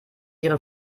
ihre